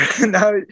now